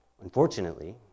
Unfortunately